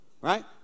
right